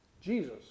Jesus